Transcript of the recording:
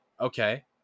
okay